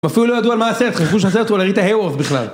הם אפילו לא ידעו על מה הסרט, חשבו שאולי הסרט על אריתה הרור בכלל